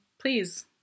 please